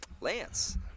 Lance